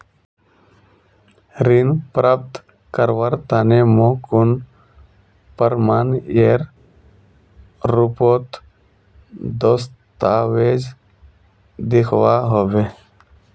ऋण प्राप्त करवार तने मोक कुन प्रमाणएर रुपोत दस्तावेज दिखवा होबे?